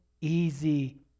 easy